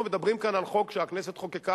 אנחנו מדברים כאן על חוק שהכנסת חוקקה,